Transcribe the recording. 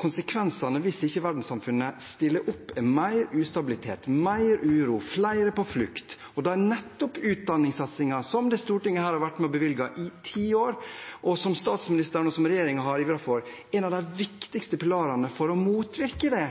Konsekvensene hvis ikke verdenssamfunnet stiller opp, er mer ustabilitet, mer uro, flere på flukt, og der er nettopp utdanningssatsingen – som dette stortinget har vært med og bevilget i ti år, og som statsministeren og regjeringen har ivret for – en av de viktigste pilarene for å motvirke det